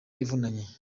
ivunanye